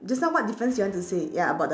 just now what difference you want to say ya about